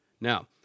Now